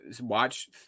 watch